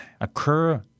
occur